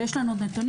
ויש לנו נתונים,